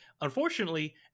unfortunately